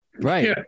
Right